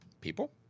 people